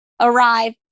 arrive